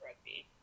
rugby